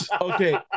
Okay